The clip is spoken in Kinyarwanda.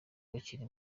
bakiri